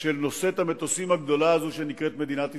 של נושאת המטוסים הגדולה הזאת שנקראת מדינת ישראל,